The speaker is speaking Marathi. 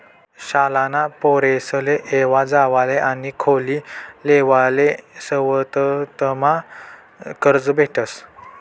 शाळाना पोरेसले येवा जावाले आणि खोली लेवाले सवलतमा कर्ज भेटस